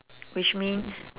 which means